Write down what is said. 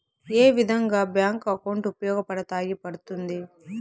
ఏ విధంగా bank account ఉపయోగపడతాయి పడ్తుంది